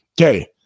Okay